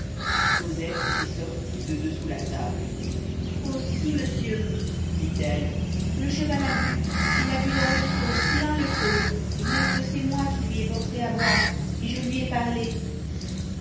cosette était sortie de dessous la table oh si monsieur dit-elle le cheval a bu il a bu dans le seau plein le seau et même que c'est moi qui lui ai porté à boire et je lui ai parlé